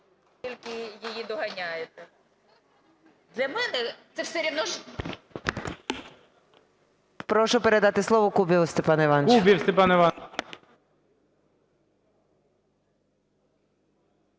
Прошу передати слово Кубіву Степану Івановичу.